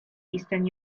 eastern